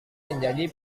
menjadi